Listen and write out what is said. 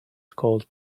called